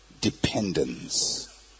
dependence